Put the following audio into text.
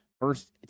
First